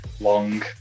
Long